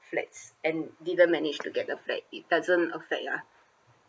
flats and didn't manage to get the flat it doesn't affect lah